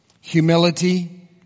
humility